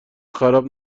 خراب